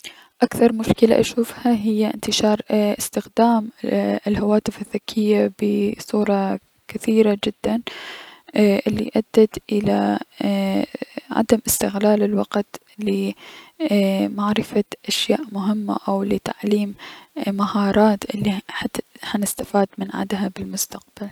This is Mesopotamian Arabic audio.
اكثر مشكلة اشوفها هي ايي- انتشار استخدام الهواتف الذكية بصورة كثيرة جدا الي ادت اي- الى اى- عدم استغلال الوقت لمعرفة اشياء مهمة اي- او لتعليم مهارات حت حنستفاد من عدها بالمستقبل.